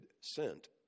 sent